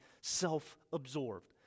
self-absorbed